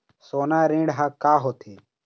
सोना ऋण हा का होते?